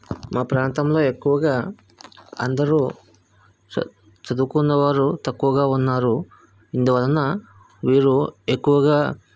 మా ప్రాంతంలో ఎక్కువగా అందరూ చ చదువుకున్న వారు తక్కువగా ఉన్నారు ఇందువలన వీరు ఎక్కువగా